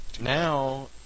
Now